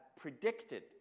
predicted